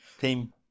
Team